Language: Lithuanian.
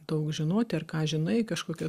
daug žinoti ar ką žinai kažkokia